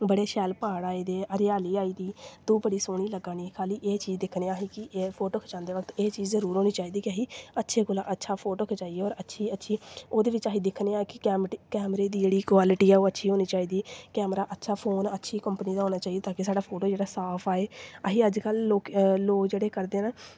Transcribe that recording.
बड़े शैल प्हाड़ आए दे हरियाली आई दी तूंं बड़ी सोहनी लग्गा नी छड़ी एह् चीज़ दिक्खने असें कि एह् फोटो खचांदे वक्त एह् चीज़ जरूर होनी चाहिदी कि असें अच्छे कोला अच्छा फोटो खचाइयै होर अच्छी अच्छी ओह्दे बिच्च अस दिक्खने आं कि कैम कैमरे दी जेह्ड़ी क्वालिटी ऐ ओह् अच्छाी होनी चाहिदी कैमरा अच्छा फोन अच्छी कंपनी दा होना चाहिदा कि साढ़ा फोटो जेह्ड़ा ऐ साफ आए असीं अज्ज कल लोग जेह्ड़ा करदे न